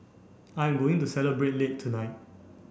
I am going to celebrate late tonight